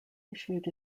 issued